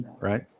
right